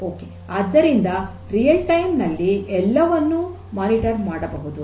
okay ಆದ್ದರಿಂದ ನೈಜ ಸಮಯದಲ್ಲಿ ಎಲ್ಲವನ್ನೂ ಮೇಲ್ವಿಚಾರಣೆ ಮಾಡಬಹುದು